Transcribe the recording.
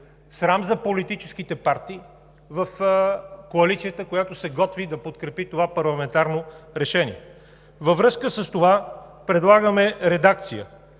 Срам за политическите партии в коалицията, която се готви да подкрепи това парламентарно решение! Във връзка с това предлагаме редакция